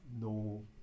no